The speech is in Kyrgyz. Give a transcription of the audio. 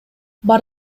бар